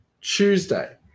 Tuesday